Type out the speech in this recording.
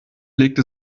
legte